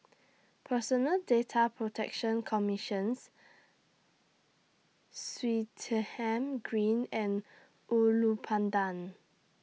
Personal Data Protection Commissions Swettenham Green and Ulu Pandan